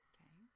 Okay